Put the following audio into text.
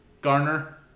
Garner